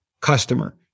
customer